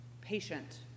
patient